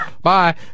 Bye